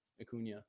Acuna